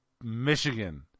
Michigan